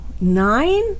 nine